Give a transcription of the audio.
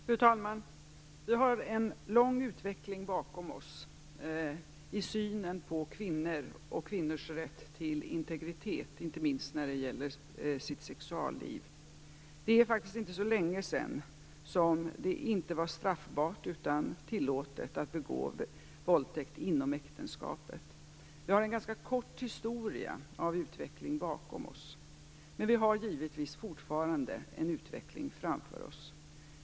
Fru talman! Vi har en lång utveckling bakom oss i synen på kvinnor och kvinnors rätt till integritet, inte minst när det gäller deras sexualliv. Det är ju faktiskt inte så länge sedan som det inte var straffbart utan tillåtet att begå våldtäkt inom äktenskapet. Vi har en ganska kort historia av utveckling bakom oss, men vi har givetvis fortfarande en utveckling framför oss.